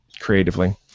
Creatively